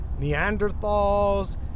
Neanderthals